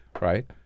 right